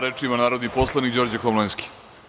Reč ima narodni poslanik Đorđe Komlenski.